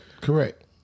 correct